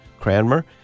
Cranmer